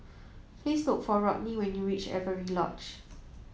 please look for Rodney when you reach Avery Lodge